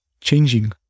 changing